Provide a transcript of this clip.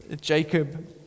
Jacob